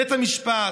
בית המשפט,